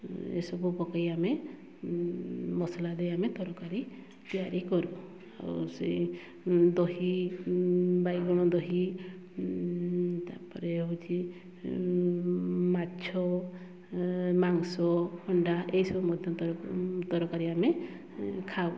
ଏ ସବୁ ପକାଇ ଆମେ ମସଲା ଦେଇ ଆମେ ତରକାରୀ ତିଆରି କରୁ ଆଉ ସେଇ ଦହି ବାଇଗଣ ଦହି ତା'ପରେ ହେଉଛି ମାଛ ମାଂସ ଅଣ୍ଡା ଏଇସବୁ ମଧ୍ୟ ତର ତରକାରୀ ଆମେ ଖାଉ